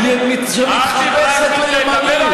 שמתחפשת לימנית.